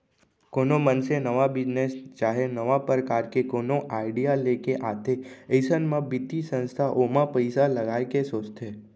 कोनो मनसे नवा बिजनेस चाहे नवा परकार के कोनो आडिया लेके आथे अइसन म बित्तीय संस्था ओमा पइसा लगाय के सोचथे